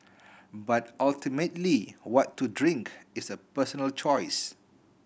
but ultimately what to drink is a personal choice